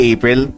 April